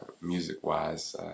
music-wise